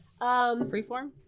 freeform